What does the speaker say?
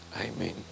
Amen